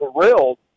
thrilled